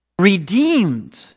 redeemed